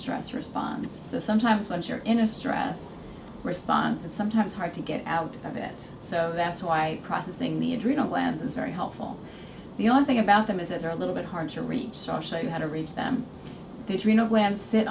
stress response sometimes when you're in a stress response and sometimes hard to get out of it so that's why crossing the adrenal glands is very helpful the only thing about them is that they're a little bit hard to reach so i show you how to reach them